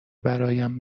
برایم